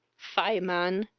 fie, man,